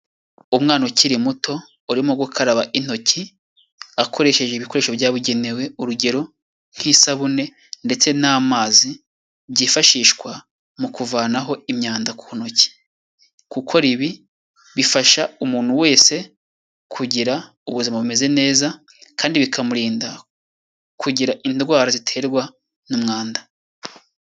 Umwana ukiri muto urimo gukaraba intoki akoresheje ibikoresho byabugenewe, urugero nk'isabune ndetse n'amazi byifashishwa mu kuvanaho imyanda ku ntoki, gukora ibi bifasha umuntu wese kugira ubuzima bumeze neza kandi bikamurinda kugira indwara ziterwa n'umwanda.